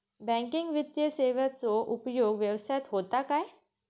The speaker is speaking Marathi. बँकिंग वित्तीय सेवाचो उपयोग व्यवसायात होता काय?